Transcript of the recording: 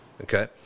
Okay